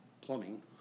plumbing